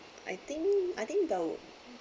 I think I think the